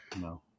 No